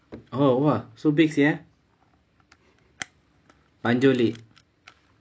oh !wah! so big sia அஞ்சு வெள்ளி:anchu velli